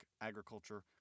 agriculture